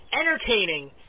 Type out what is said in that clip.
entertaining